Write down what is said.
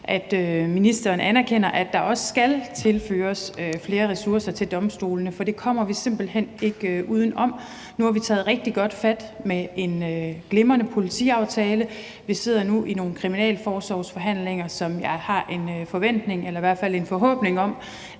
at ministeren anerkender, at der også skal tilføres flere ressourcer til domstolene, for det kommer vi simpelt hen ikke uden om. Nu har vi taget rigtig godt fat med en glimrende politiaftale, og vi sidder nu i nogle kriminalforsorgsforhandlinger, som jeg har en forventning eller i hvert fald forhåbning om